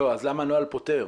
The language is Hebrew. לא, אז למה הנוהל פוטר?